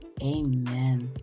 Amen